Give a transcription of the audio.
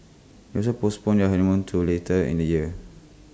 also postponed your honeymoon to later in the year